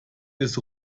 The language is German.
des